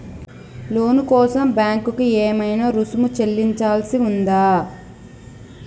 లోను కోసం బ్యాంక్ కి ఏమైనా రుసుము చెల్లించాల్సి ఉందా?